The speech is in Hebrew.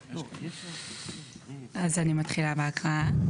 אז אני מתחילה בהקראה.